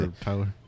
Tyler